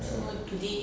ya